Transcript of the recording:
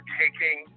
taking